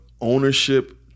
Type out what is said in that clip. Ownership